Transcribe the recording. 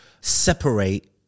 separate